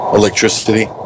electricity